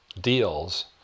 deals